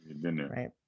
Right